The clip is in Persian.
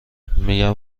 میگم